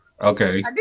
Okay